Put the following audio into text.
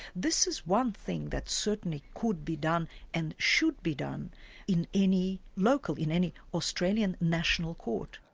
this is one thing that certainly could be done and should be done in any local, in any australian national court.